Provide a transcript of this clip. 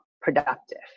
productive